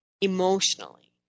emotionally